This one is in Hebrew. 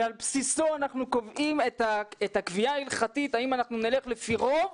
שעל בסיסו אנחנו קובעים את הקביעה ההלכתית האם אנחנו נלך לפי רוב,